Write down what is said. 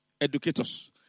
educators